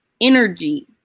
energy